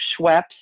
Schweppes